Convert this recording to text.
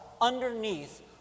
underneath